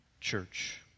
church